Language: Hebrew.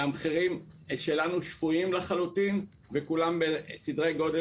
המחירים שלנו שפויים לחלוטין וכולם בסדרי הגודל